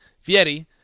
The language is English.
Fieri